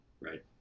Right